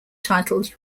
titled